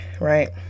right